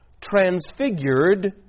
transfigured